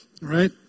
right